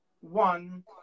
One